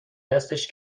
دستش